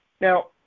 now